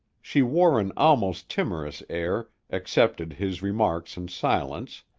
she wore an almost timorous air, accepted his remarks in silence,